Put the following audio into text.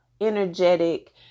energetic